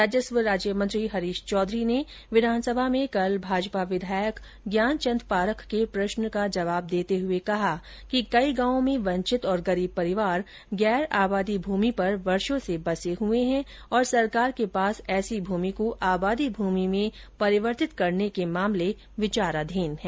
राजस्व राज्य मंत्री हरीश चौधरी ने विधानसभा में कल भाजपा विधायक ज्ञानचंद पारख के प्रष्न का जवाब देते हुए श्री चौधरी ने कहा कि कई गांवों में वंचित और गरीब परिवार गैर आबादी भूमि पर वर्षो से बसे हुए हैं और सरकार के पास ऐसी भूमि को आबादी भूमि में परिवर्तित करने के प्रकरण विचाराधीन हैं